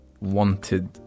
wanted